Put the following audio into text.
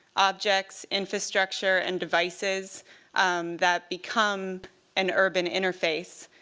objects, infrastructure, and devices that become an urban interface.